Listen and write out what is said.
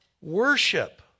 worship